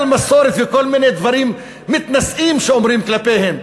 מסורת וכל מיני דברים מתנשאים שאומרים כלפיהן,